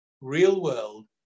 real-world